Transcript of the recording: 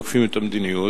תוקפים את המדיניות,